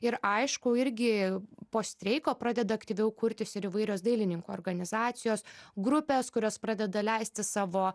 ir aišku irgi po streiko pradeda aktyviau kurtis ir įvairios dailininkų organizacijos grupės kurios pradeda leisti savo